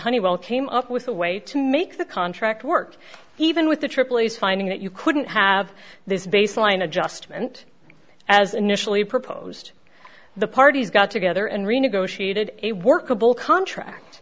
honeywell came up with a way to make the contract work even with the tripoli's finding that you couldn't have this baseline adjustment as initially proposed the parties got together and renegotiated a workable contract